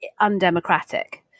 undemocratic